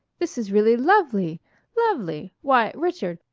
this is really lovely lovely. why, richard,